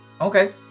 Okay